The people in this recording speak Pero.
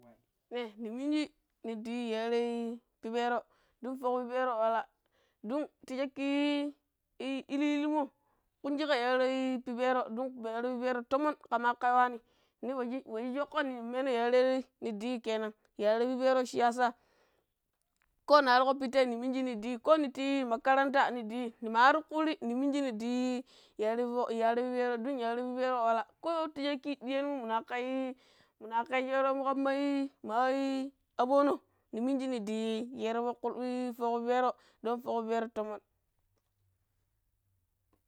Ne ni minji nindi yuii yare pipero dun fock pipero wala dun ta shacki ili ilimo kunji ka yar pipero ɗun yare pipero tomon ka makar yuwan ni we shi wa shi chocko nin menoh yare nin diyi ƙe nan yare pipero shi yasa, ko na arko pidtai niminji nindi yi ko niti makaranta, nindi yi nima waruko kuri niminji nin diyi yare fock yare pipero dun yare pipero walla ko ta shaki ɗiyan mu mana kayi muna ƙa sheromu kamai maii abono niminji nin diyi shero fock ii fock pipero dun fock pipero tomon.